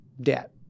debt